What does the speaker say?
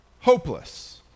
hopeless